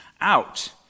out